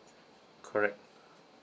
correct